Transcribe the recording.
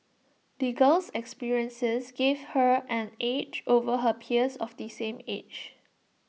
the girl's experiences gave her an edge over her peers of the same age